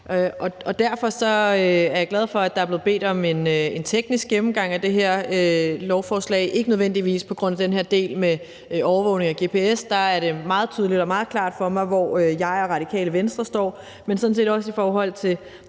derfor er jeg glad for, at der er blevet bedt om en teknisk gennemgang af det her lovforslag; ikke nødvendigvis på grund af den her del om overvågning og gps, for der er det meget tydeligt og meget klart for mig, hvor jeg og Radikale Venstre står, men sådan set også i forhold til